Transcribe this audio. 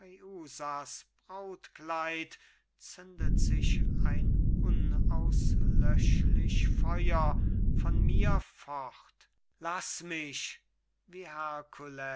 brautkleid zündet sich ein unauslöschlich feuer von mir fort laß mich wie